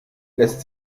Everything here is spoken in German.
lässt